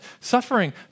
Suffering